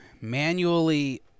manually